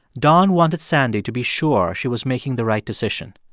don wanted sandy to be sure she was making the right decision.